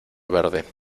verde